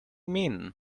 mean